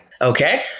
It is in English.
Okay